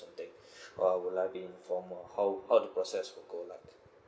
or something uh will I be informed or how how the process to go like